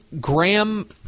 Graham